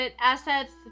assets